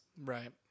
Right